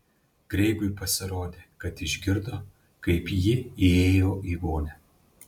kreigui pasirodė kad išgirdo kaip ji įėjo į vonią